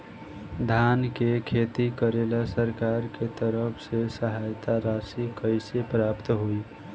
धान के खेती करेला सरकार के तरफ से सहायता राशि कइसे प्राप्त होइ?